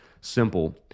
simple